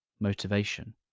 motivation